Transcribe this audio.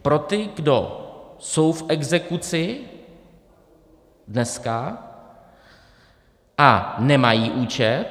Pro ty, kdo jsou v exekuci dneska a nemají účet.